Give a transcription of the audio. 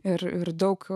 ir daug